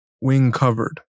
wing-covered